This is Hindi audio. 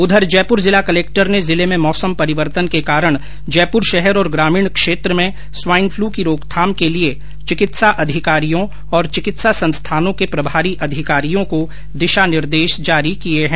उधर जयपूर जिला कलक्टर ने जिले में मौसम परिवर्तन के कारण जयपूर शहर और ग्रामीण क्षेत्र में स्वाईन फ्लू की रोकथाम के लिए चिकित्सा अधिकारियों और चिकित्सा संस्थानों के प्रभारी अधिकारियों को दिशा निर्देश जारी किये है